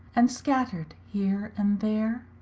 and scattered here and there.